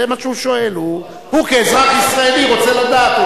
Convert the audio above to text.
זה מה שהוא שואל, הוא כאזרח ישראלי רוצה לדעת.